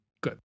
good